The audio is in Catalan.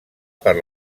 per